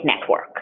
network